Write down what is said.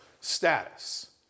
status